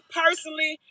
personally